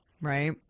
Right